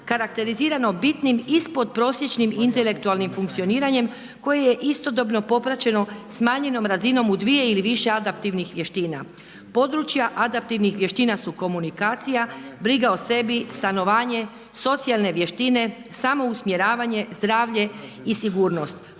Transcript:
karakterizirano bitnim ispod prosječnim intelektualnim funkcioniranjem koje je istodobno popraćeno smanjenom razinom u dvije ili više adaptivnih vještina. Područja adaptivnih vještina su komunikacija, briga o sebi, stanovanje, socijalne vještine, samo usmjeravanje, zdravlje i sigurnost,